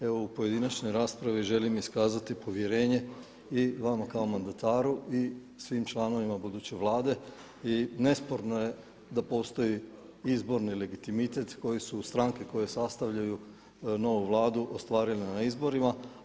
Evo u pojedinačnoj raspravi želim iskazati povjerenje i vama kao mandataru i svim članovima buduće Vlade i nesporno je da postoji izborni legitimitet koji su stranke koje sastavljaju novu Vladu ostvarile na izborima.